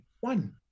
one